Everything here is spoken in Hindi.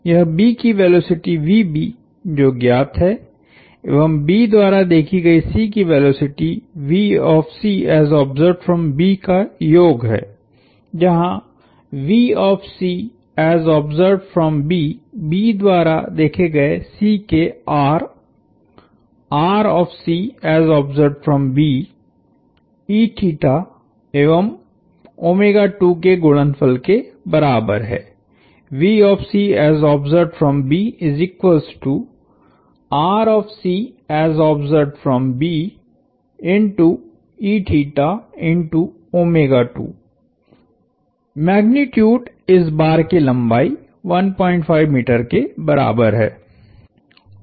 है यह B की वेलोसिटी जो ज्ञात है एवं B द्वारा देखी गयी C की वेलोसिटी vCB का योग है जहाँ vCB B द्वारा देखे गए C के r rCBएवं के गुणनफल के बराबर है vCBrCBe2 मैग्निट्यूड इस बार की लंबाई 15 मीटर के बराबर है